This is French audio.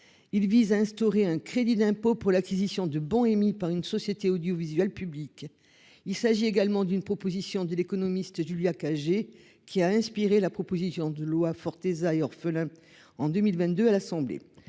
Il vise à instaurer un crédit d'impôt pour l'acquisition de bons émis par une société audiovisuelle public. Il s'agit également d'une proposition de l'économiste Julia KG qui a inspiré la proposition de loi Fortesa et orphelins en 2022 à l'Assemblée.